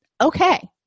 Okay